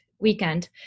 weekend